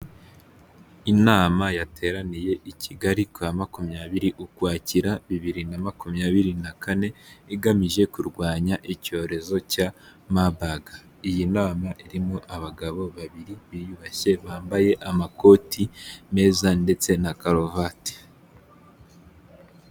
Inama yateraniye i Kigali ku ya makumyabiri Ukwakira, bibiri na makumyabiri na kane, igamije kurwanya icyorezo cya mabaga, iyi nama irimo abagabo babiri biyubashye bambaye amakoti meza ndetse na karuvati.